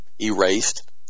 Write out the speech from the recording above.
erased